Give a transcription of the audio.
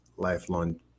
Lifelong